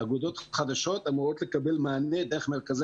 אגודות חדשות אמורות לקבל מענה דרך מרכזי